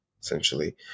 essentially